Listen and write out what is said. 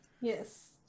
yes